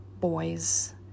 boys